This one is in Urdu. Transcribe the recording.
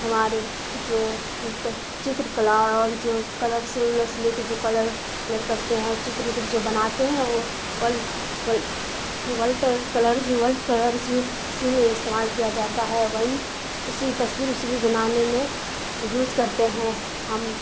ہمارے جو چتر کلا اور جو کلرس ولرس لے کے جو کلر ولر کرتے ہیں اور چتر وتر جو بناتے ہیں وہ واٹر کلرس اٹر کلرس اسی میں استعمال کیا جاتا ہے وہی اسی تصویر وصویر بنانے میں یوز کرتے ہیں ہم